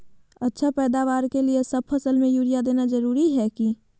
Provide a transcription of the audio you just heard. अच्छा पैदावार के लिए सब फसल में यूरिया देना जरुरी है की?